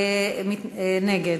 נגד.